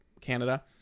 Canada